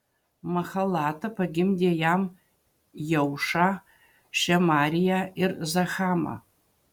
mahalata pagimdė jam jeušą šemariją ir zahamą